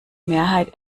mehrheit